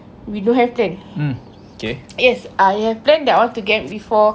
we don't have plan yes I have plan that I want to get before